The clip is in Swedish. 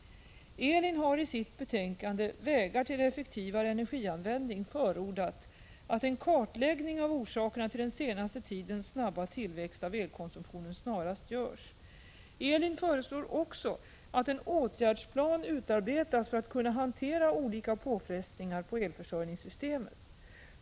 ELIN har i sitt betänkande Vägar till effektivare energianvändning förordat att en kartläggning av orsakerna till den senaste tidens snabba tillväxt av elkonsumtionen snarast görs. ELIN föreslår också att en åtgärdsplan utarbetas för att kunna hantera olika påfrestningar på elförsörjningssystemet.